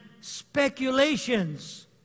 speculations